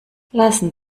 lassen